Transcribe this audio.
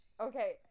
Okay